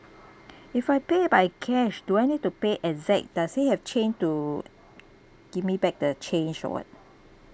if I pay by cash do I need to pay exact does he have change to give me back the change or what